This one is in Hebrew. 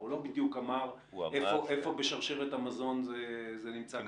הוא לא בדיוק אמר איפה בשרשרת המזון זה נמצא כרגע.